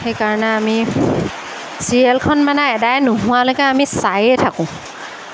সেইকাৰণে আমি চিৰিয়েলখন মানে এদাই নোহোৱালৈকে আমি চায়েই থাকোঁ